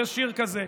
יש שיר כזה.